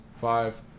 five